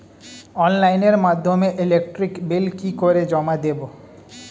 অনলাইনের মাধ্যমে electric bill কি করে জমা দেবো?